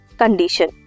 condition